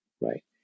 right